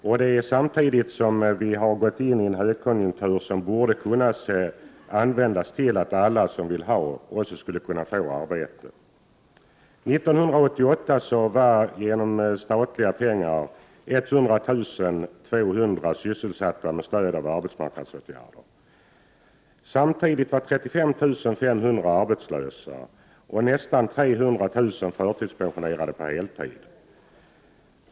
Detta har skett samtidigt som Sverige har gått in i en högkonjunktur som borde ha kunnat innebära att alla som ville också skulle ha fått ett arbete. År 1988 var 100 200 arbetshandikappade föremål för arbetsmarknadspolitiska åtgärder samtidigt som 35 500 var arbetslösa. Vid denna tidpunkt var totalt nästan 300 000 människor förtidspensionerade på heltid.